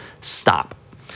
stop